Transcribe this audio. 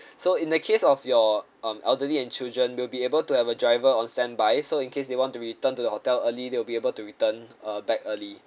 so in the case of your um elderly and children we'll be able to have a driver on standby so in case they want to return to the hotel early they'll be able to return uh back early